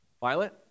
Violet